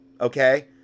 okay